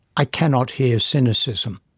i cannot hear cynicism.